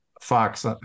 Fox